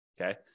Okay